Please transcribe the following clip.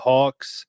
Hawks